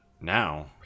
now